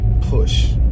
push